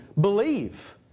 believe